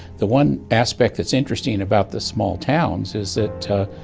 the one aspect that's interesting about the small towns is that, ah,